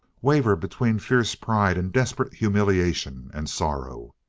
waver between fierce pride and desperate humiliation and sorrow.